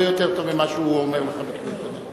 יותר טוב ממה שהוא אומר לך בקריאות ביניים.